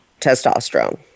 testosterone